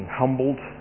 humbled